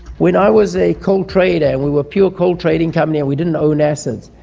when i was a coal trader and we were a pure coal trading company and we didn't own assets,